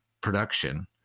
production